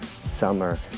summer